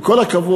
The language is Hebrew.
עם כל הכבוד,